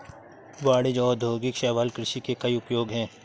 वाणिज्यिक और औद्योगिक शैवाल कृषि के कई उपयोग हैं